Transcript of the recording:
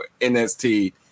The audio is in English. NST